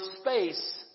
space